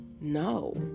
no